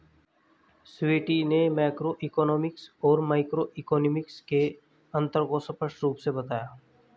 स्वीटी ने मैक्रोइकॉनॉमिक्स और माइक्रोइकॉनॉमिक्स के अन्तर को स्पष्ट रूप से बताया